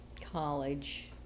College